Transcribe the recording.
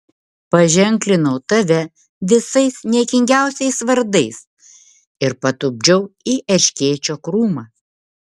paženklinau tave visais niekingiausiais vardais ir patupdžiau į erškėčio krūmą